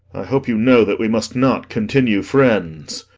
hope you know that we must not continue friends.